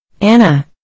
Anna